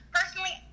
Personally